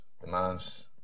demands